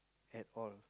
at all